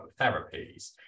therapies